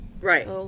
Right